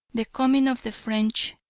the coming of the french,